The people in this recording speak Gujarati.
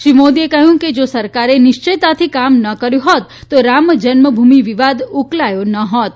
શ્રી મોદીએ કહ્યુંકે જો સરકારે નિશ્ચિયતાથી કામ ન કર્યું હોત તો રામ જન્મ ભૂમિ વિવાદ ઉકેલાયો ન હોત